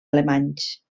alemanys